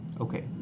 Okay